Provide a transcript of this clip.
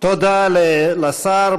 תודה לשר.